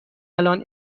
الان